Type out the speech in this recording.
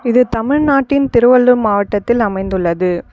இது தமிழ்நாட்டின் திருவள்ளூர் மாவட்டத்தில் அமைந்துள்ளது